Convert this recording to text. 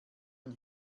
ein